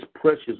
precious